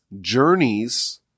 journeys